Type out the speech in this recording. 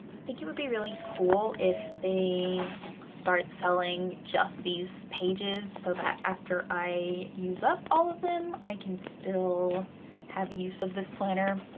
think it would be really cool if they start selling just these pages so that after i use up all of them i can still have use of this planner.